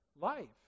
life